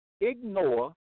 ignore